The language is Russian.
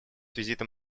визитом